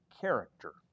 character